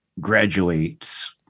graduates